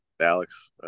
Alex